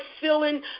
feeling